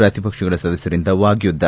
ಪ್ರತಿಪಕ್ಷಗಳ ಸದಸ್ಕರಿಂದ ವಾಗ್ಯುದ್ದ